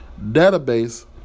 database